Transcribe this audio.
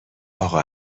اقا